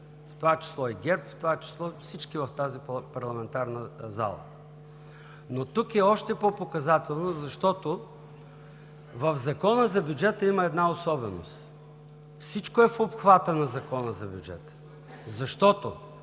в това число и всички в тази парламентарна зала. Тук обаче е още по-показателно, защото в Закона за бюджета има една особеност – всичко е в обхвата на Закона за бюджета, защото